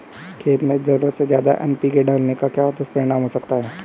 खेत में ज़रूरत से ज्यादा एन.पी.के डालने का क्या दुष्परिणाम हो सकता है?